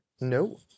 no